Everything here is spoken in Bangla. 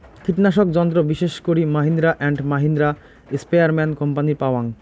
কীটনাশক যন্ত্র বিশেষ করি মাহিন্দ্রা অ্যান্ড মাহিন্দ্রা, স্প্রেয়ারম্যান কোম্পানির পাওয়াং